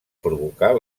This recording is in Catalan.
provocar